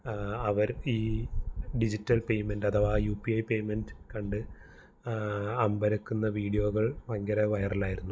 അവർ ഈ digital payment അഥവാ U P I payment കണ്ട് അമ്പരക്കുന്ന വീഡിയോകൾ ഭയങ്കര വൈറലായിരുന്നു